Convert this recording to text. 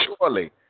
Surely